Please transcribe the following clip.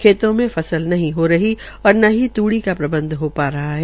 खेतों मे फसल नहीं हो रही और न ही त्ड़ी के प्रबंध हो पा रहा है